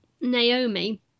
Naomi